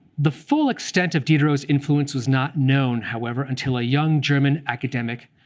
the full extent of diderot's influence was not known, however, until a young german academic,